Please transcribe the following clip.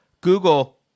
Google